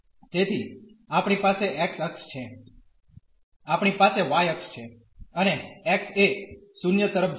તેથી આપણી પાસે x અક્ષ છે આપણી પાસે y અક્ષ છે અને x એ 0 તરફ જાય છે